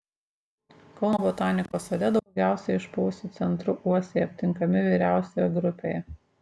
kauno botanikos sode daugiausiai išpuvusiu centru uosiai aptinkami vyriausioje grupėje